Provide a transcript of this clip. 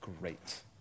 great